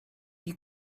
you